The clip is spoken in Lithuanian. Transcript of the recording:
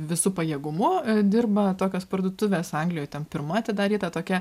visu pajėgumu dirba tokios parduotuvės anglijoj ten pirma atidaryta tokia